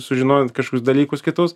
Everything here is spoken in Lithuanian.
sužinojant kažkus dalykus kitus